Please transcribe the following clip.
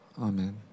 Amen